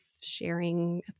sharing